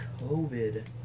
COVID